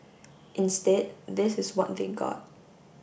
instead this is what they got